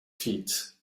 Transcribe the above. feet